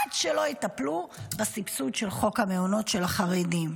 עד שלא יטפלו בסבסוד של חוק המעונות של החרדים.